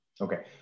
Okay